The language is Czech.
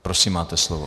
Prosím, máte slovo.